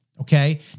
okay